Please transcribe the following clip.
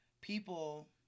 people